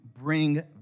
bring